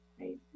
right